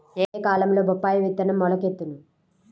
ఏ కాలంలో బొప్పాయి విత్తనం మొలకెత్తును?